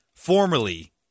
Formerly